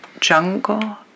Jungle